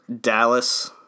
Dallas